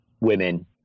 women